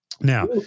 Now